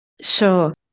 Sure